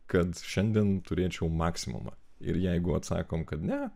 kad šiandien turėčiau maksimumą ir jeigu atsakom kad ne